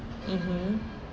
mmhmm